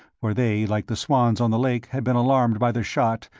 for they, like the swans on the lake, had been alarmed by the shot,